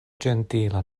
ĝentila